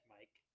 Mike